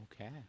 Okay